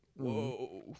Whoa